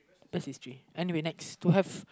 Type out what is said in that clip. best is three anyway next to have